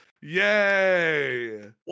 Yay